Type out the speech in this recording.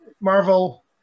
Marvel